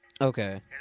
Okay